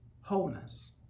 wholeness